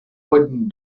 wooden